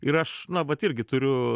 ir aš na vat irgi turiu